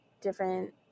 different